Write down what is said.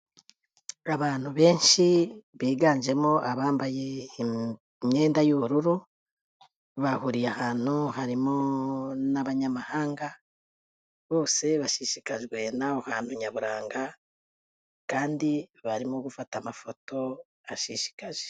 Abantu benshi biganjemo abambaye imyenda y'ubururu, bahuriye ahantu harimo n'abanyamahanga, bose bashishikajwe n'aho hantu nyaburanga kandi barimo gufata amafoto ashishikaje.